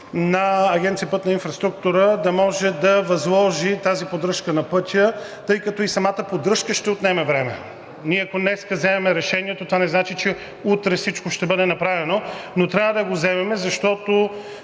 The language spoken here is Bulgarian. на Агенция „Пътна инфраструктура“ да може да възложи тази поддръжка на пътя, тъй като и самата поддръжка ще отнеме време. Ако днес вземем решението, това не значи, че утре всичко ще бъде направено, но трябва да го вземем, защото